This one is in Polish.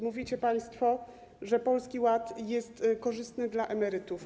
Mówicie państwo, że Polski Ład jest korzystny dla emerytów.